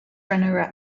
runner